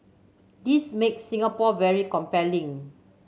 this makes Singapore very compelling